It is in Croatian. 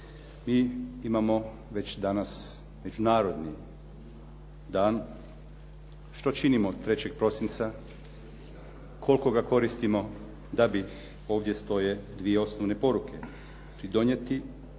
Mi imamo već danas međunarodni dan. Što činimo 3. prosinca? Koliko ga koristimo da bi ovdje stoje dvije osnovne poruke,